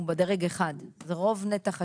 הוא בדרג 1. רוב נתח השוק,